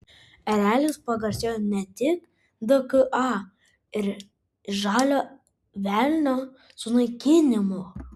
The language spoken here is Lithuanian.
erelis pagarsėjo ne tik dka ir žalio velnio sunaikinimu